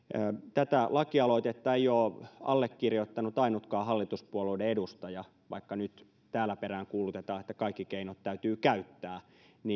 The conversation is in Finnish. tätä lakialoitetta ei ole allekirjoittanut ainutkaan hallituspuolueiden edustajia vaikka nyt täällä peräänkuulutetaan että kaikki keinot täytyy käyttää